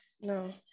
No